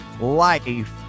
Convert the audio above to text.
Life